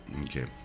okay